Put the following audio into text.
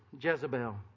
Jezebel